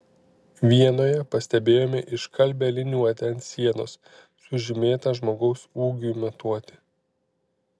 vienoje pastebėjome iškalbią liniuotę ant sienos sužymėtą žmogaus ūgiui matuoti